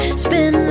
spin